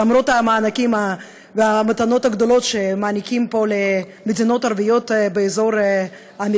למרות המענקים והמתנות הגדולות שמעניקים פה למדינות ערביות האמריקנים,